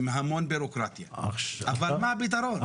יש המון בירוקרטיה, אבל מה הפתרון?